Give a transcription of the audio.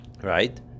right